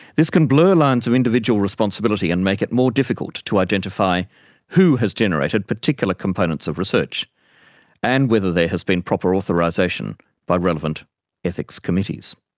this can blur lines of individual responsibility and make it more difficult to identify who has generated particular components of research and whether there has been proper authorization by relevant ethics committees.